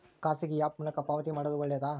ಖಾಸಗಿ ಆ್ಯಪ್ ಮೂಲಕ ಪಾವತಿ ಮಾಡೋದು ಒಳ್ಳೆದಾ?